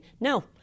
no